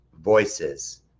voices